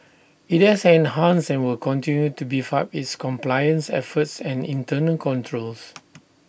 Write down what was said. IT has enhanced and will continue to beef up its compliance efforts and internal controls